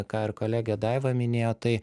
ką ir kolegė daiva minėjo tai